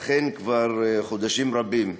אכן כבר חודשים רבים,